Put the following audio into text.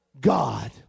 God